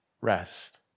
rest